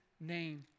name